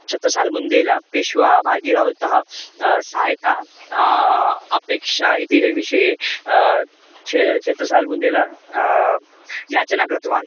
छत्रसाल्बुन्देला पेश्वाबाजीराव्तः सहायतां अपेक्षा इति विषये क्षे छेत्रसाल्बुन्देला याचनां कृतवान्